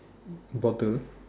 bottle